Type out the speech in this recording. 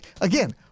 Again